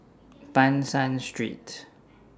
Ban San Street